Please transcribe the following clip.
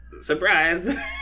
Surprise